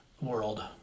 world